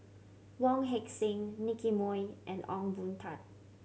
Wong Heck Sing Nicky Moey and Ong Boon Tat